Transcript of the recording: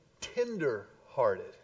tender-hearted